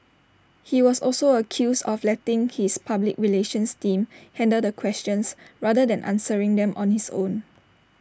he was also accused of letting his public relations team handle the questions rather than answering them on his own